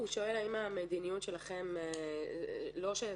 מה השאלה?